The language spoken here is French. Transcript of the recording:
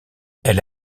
elle